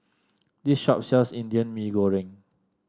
this shop sells Indian Mee Goreng